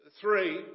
three